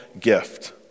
gift